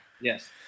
Yes